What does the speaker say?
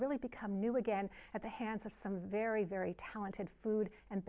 really become new again at the hands of some very very talented food and